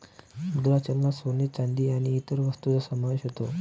मुद्रा चलनात सोने, चांदी आणि इतर वस्तूंचा समावेश होतो